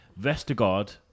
Vestergaard